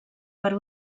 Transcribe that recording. per